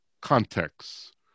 context